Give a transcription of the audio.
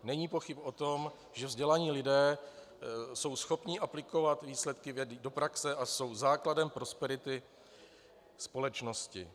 Není pochyb o tom, že vzdělaní lidé jsou schopni aplikovat výsledky vědy do praxe a jsou základem prosperity společnosti.